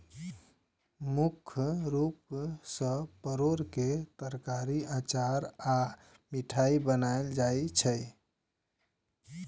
मुख्य रूप सं परोर के तरकारी, अचार आ मिठाइ बनायल जाइ छै